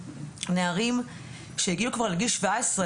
נערים שהגיעו כבר לגיל שבע עשרה,